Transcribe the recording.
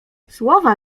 słowa